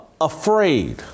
afraid